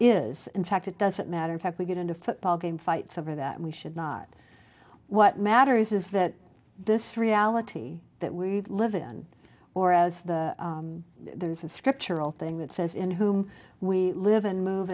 is in fact it doesn't matter in fact we get into football game fights over that we should not what matters is that this reality that we live in or as there is a scriptural thing that says in whom we live and move